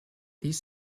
these